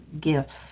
gifts